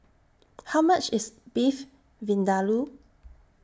How much IS Beef Vindaloo